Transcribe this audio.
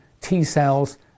T-cells